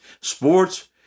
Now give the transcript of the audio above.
Sports